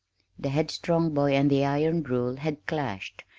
the headstrong boy and the iron rule had clashed,